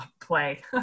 play